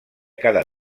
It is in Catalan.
cada